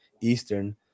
Eastern